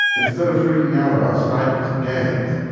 instead of freaking out about snipers and gangs,